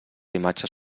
imatges